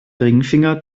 ringfinger